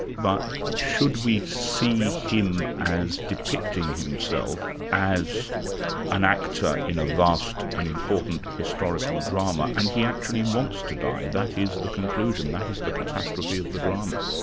but should we see him as depicting himself as an actor in a vast and important historical drama, and he actually wants to die that is the conclusion, that is the catastrophe of the drama?